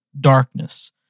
darkness